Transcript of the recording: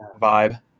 vibe